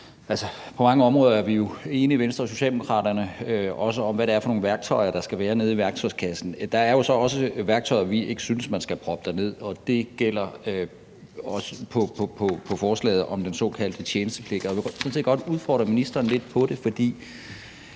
På mange områder er vi jo enige, Venstre og Socialdemokraterne, også om, hvad det er for nogle værktøjer, der skal være nede i værktøjskassen. Der er jo så også værktøj, vi ikke synes man skal proppe derned, og det gælder også forslaget om den såkaldte tjenestepligt. Og jeg vil sådan set godt udfordre ministeren lidt på det, for